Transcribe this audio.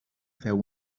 feu